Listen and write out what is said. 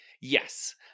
Yes